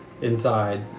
inside